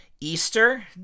Easter